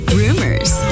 rumors